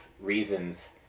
reasons